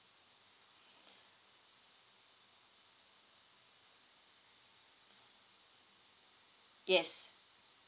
yes